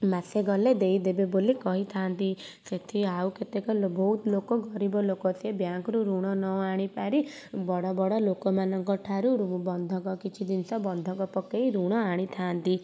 ମାସେ ଗଲେ ଦେଇଦେବେ ବୋଲି କହିଥାନ୍ତି ସେଥି ଆଉ କେତେକ ଲୋ ବହୁତ ଲୋକ ଗରିବ ଲୋକ ସେ ବ୍ୟାଙ୍କ୍ରୁ ଋଣ ନ ଆଣି ପାରି ବଡ଼ ବଡ଼ ଲୋକମାନଙ୍କଠାରୁ ଋ ବନ୍ଧକ କିଛି ଜିନିଷ ବନ୍ଧକ ପକାଇ ଋଣ ଆଣିଥାଆନ୍ତି